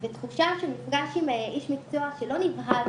ותחושה של מפגש עם איש מקצוע שלא נבהל